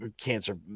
cancer